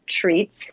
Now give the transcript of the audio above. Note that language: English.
treats